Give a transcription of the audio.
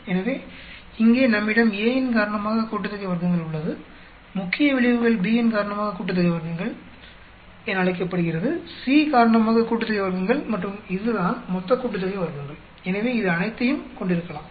எனவே இங்கே நம்மிடம் A இன் காரணமாக கூட்டுத்தொகை வர்க்கங்கள் உள்ளது முக்கிய விளைவுகள் B இன் காரணமாக கூட்டுத்தொகை வர்க்கங்கள் என அழைக்கப்படுகிறது C காரணமாக கூட்டுத்தொகை வர்க்கங்கள் மற்றும் இதுதான் மொத்த கூட்டுத்தொகை வர்க்கங்கள் எனவே இது அனைத்தையும் கொண்டிருக்கலாம்